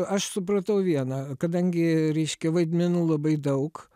aš supratau viena kadangi reiškia vaidmenų labai daug